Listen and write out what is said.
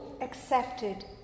accepted